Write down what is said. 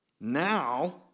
Now